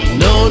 no